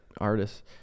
artists